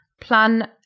plan